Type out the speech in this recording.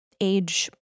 age